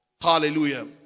Hallelujah